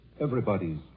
everybody's